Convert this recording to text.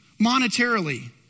monetarily